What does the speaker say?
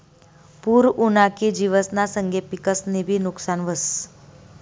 पूर उना की जिवसना संगे पिकंसनंबी नुकसान व्हस